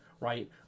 right